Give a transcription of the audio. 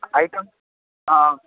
items